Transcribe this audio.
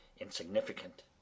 insignificant